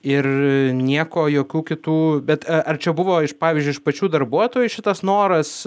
ir nieko jokių kitų bet ar čia buvo iš pavyzdžiui iš pačių darbuotojų šitas noras